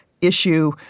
issue